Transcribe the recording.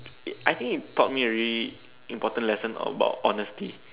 it I think it taught me a really important lesson about honesty